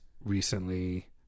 recently